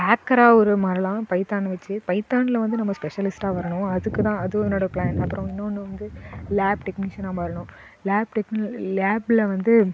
ஹேக்கராக உரு மாறலாம் பைத்தானை வச்சு பைத்தானில் வந்து நம்ம ஸ்பெஷலிஸ்ட்டாக வரணும் அதுக்குதான் அதுவும் என்னோட பிளான் அப்புறம் இன்னொன்று வந்து லேப் டெக்னீஷியனாக வரணும் லேப் டெக் லேபில வந்து